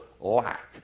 lack